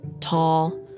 tall